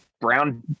Brown